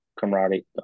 camaraderie